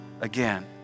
again